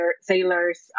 sailors